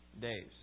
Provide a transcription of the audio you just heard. days